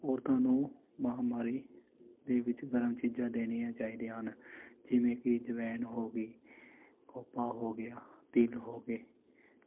ਔਰਤਾਂ ਨੂੰ ਮਾਹਵਾਰੀ ਦੇ ਵਿੱਚ ਗਰਮ ਚੀਜ਼ਾਂ ਦੇਣੀਆਂ ਚਾਹੀਦੀਆਂ ਹਨ ਜਿਵੇਂ ਕਿ ਜਵੈਨ ਹੋ ਗਈ ਖੋਪਾ ਹੋ ਗਿਆ ਤਿਲ ਹੋ ਗਏ